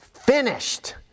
finished